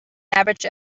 average